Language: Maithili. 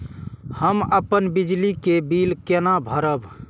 हम अपन बिजली के बिल केना भरब?